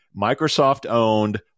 Microsoft-owned